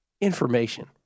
information